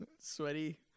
Sweaty